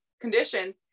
condition